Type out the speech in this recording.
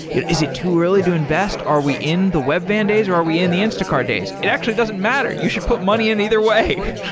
is it too early to invest? are we in the webvan days or are we in the instacart days? it actually doesn't matter. you should put money in either way